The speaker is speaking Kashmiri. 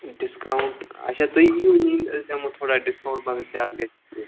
ڈِسکاوُنٛٹ اچھا تُہۍ أسۍ دِمو تھوڑا ڈِسکاوُنٛٹ مگر زیادٕ گژھ نہٕ کینٛہہ